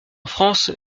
france